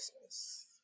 Christmas